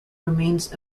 remains